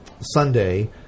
Sunday